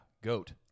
Goat